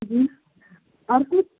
جی اور کچھ